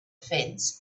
fence